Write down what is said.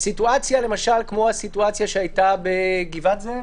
סיטואציה כמו שהייתה בגבעת זאב,